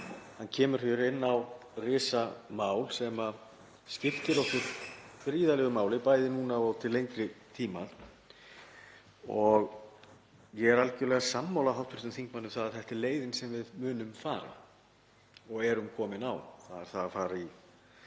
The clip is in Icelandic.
Hann kemur hér inn á risamál sem skiptir okkur gríðarlegu máli, bæði núna og til lengri tíma. Ég er algerlega sammála hv. þingmanni um að þetta er leiðin sem við munum fara og erum komin á, þ.e. að skipta